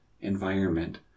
environment